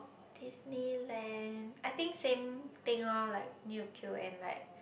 Disneyland I think same thing loh like need to queue and like